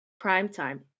primetime